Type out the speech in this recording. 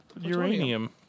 uranium